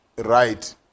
Right